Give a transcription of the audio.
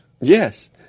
Yes